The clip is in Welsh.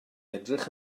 edrych